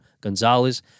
Gonzalez